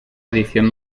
edición